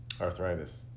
arthritis